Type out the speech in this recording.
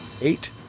eight